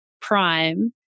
Prime